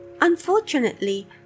Unfortunately